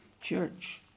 church